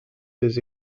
des